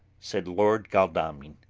said lord godalming,